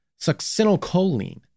succinylcholine